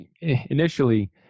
initially